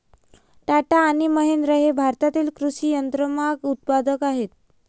टाटा आणि महिंद्रा हे भारतातील कृषी यंत्रमाग उत्पादक आहेत